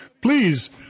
please